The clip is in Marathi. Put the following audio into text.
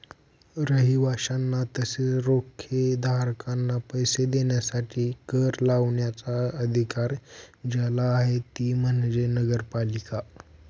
रहिवाशांना तसेच रोखेधारकांना पैसे देण्यासाठी कर लावण्याचा अधिकार ज्याला आहे ती म्हणजे नगरपालिका